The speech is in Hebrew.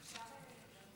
אפשר,